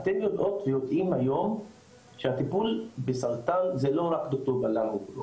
אתם יודעים היום שהטיפול בסרטן זה לא רק אונקולוג,